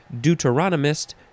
deuteronomist